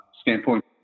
standpoint